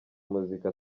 muzika